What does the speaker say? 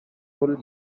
full